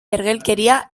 ergelkeria